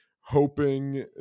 hoping